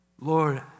Lord